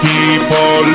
People